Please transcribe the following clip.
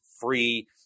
free